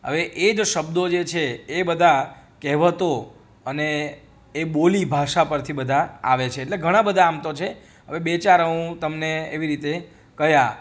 હવે એ જ શબ્દો જે છે એ બધા કહેવતો અને એ બોલી ભાષા પરથી બધા આવે છે એટલે ઘણા બધા આમ તો છે હવે બે ચાર હું તમને એવી રીતે કહ્યા